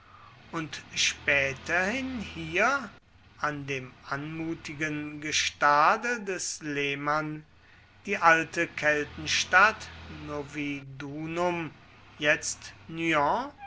und späterhin hier an dem anmutigen gestade des leman die alte keltenstadt noviodunum